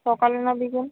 সকালে না বিকেল